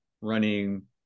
running